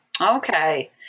Okay